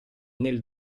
nel